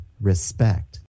respect